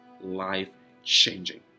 life-changing